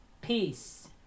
peace